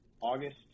August